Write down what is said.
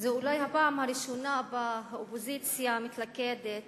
זו אולי הפעם הראשונה שהאופוזיציה מתלכדת